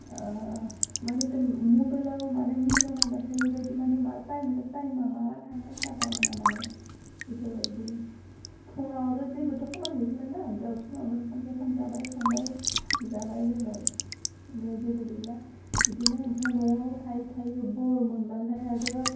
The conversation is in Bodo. मानिथो मबाइलाव माने मबाइलाव नायबाथाय बेफोरबायदि माने मा टाइमखौ टाइमआ माला थाङो पाट्टा मोना माने बेफोरबायदि फुङाव आरो जेबोथ' खामानि गैखालाना फुङावनो ओंखाम थोखाम जाबाय संबाय जाबाय लोंबाय ओमफ्राय जेबो गैला बिदिनो ओमफ्राय न'वाव थायै थायै बर मोनबालाय आरो